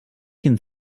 can